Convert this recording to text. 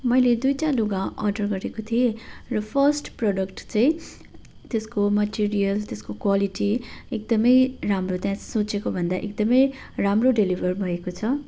मैले दुइवटा लुगा अर्डर गरेको थिएँ र फर्स्ट प्रडक्ट चाहिँ त्यसको मटेरियल त्यसको क्वालिटी एकदमै राम्रो त्यहाँ सोचेको भन्दा एकदमै राम्रो डेलिभर भएको छ